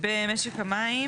במשק המים